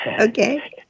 Okay